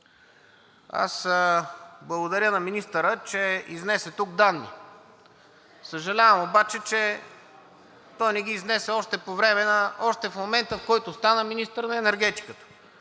Благодаря на министъра, че изнесе тук данни. Съжалявам обаче, че той не ги изнесе още в момента, в който стана министър на енергетиката.